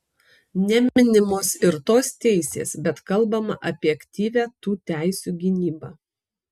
neminimos ir tos teisės bet kalbama apie aktyvią tų teisių gynybą